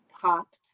popped